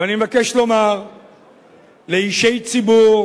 ואני מבקש לומר לאישי ציבור